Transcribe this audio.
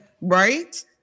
Right